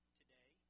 today